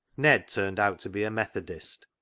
ned turned out to be a methodist,